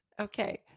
Okay